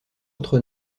autre